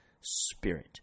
Spirit